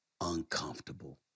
Uncomfortable